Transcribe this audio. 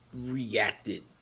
reacted